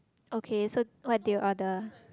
okay so what they ordered